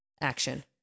action